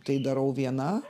tai darau viena